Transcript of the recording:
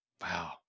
Wow